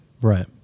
Right